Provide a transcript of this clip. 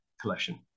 collection